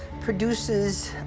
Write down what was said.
produces